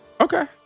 Okay